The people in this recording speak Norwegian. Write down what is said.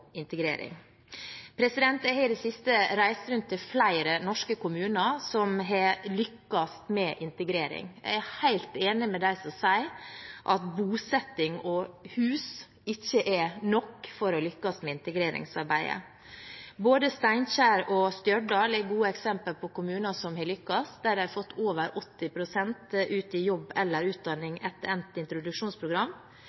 integrering». Jeg har i det siste reist rundt i flere norske kommuner som har lyktes med integrering. Jeg er helt enig med dem som sier at bosetting og hus ikke er nok for å lykkes med integreringsarbeidet. Både Steinkjer og Stjørdal er gode eksempler på kommuner som har lyktes. De har fått over 80 pst. ut i jobb eller